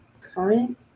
current